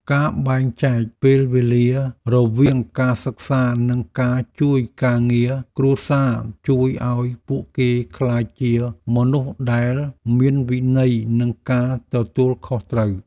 ការបែងចែកពេលវេលារវាងការសិក្សានិងការជួយការងារគ្រួសារជួយឱ្យពួកគេក្លាយជាមនុស្សដែលមានវិន័យនិងការទទួលខុសត្រូវ។